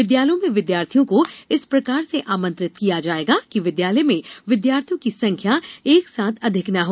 विद्यालयों में विद्यार्थियों को इस प्रकार से आमंत्रित किया जायेगा कि विद्यालय में विद्यार्थियों की संख्या एक साथ अधिक न हो